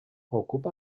ocupa